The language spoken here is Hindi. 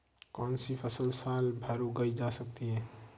कौनसी फसल साल भर उगाई जा सकती है?